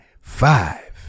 five